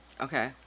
Okay